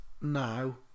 now